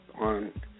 on